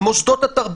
מוסדות התרבות,